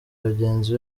bagenzi